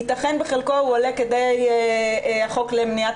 יתכן שבחלקו הוא עולה בגלל החוק למניעת